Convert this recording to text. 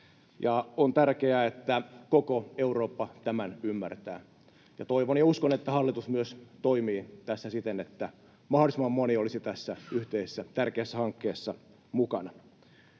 on tärkeää, että koko Eurooppa tämän ymmärtää. Toivon ja uskon, että hallitus myös toimii tässä siten, että mahdollisimman moni olisi tässä yhteisessä tärkeässä hankkeessa mukana.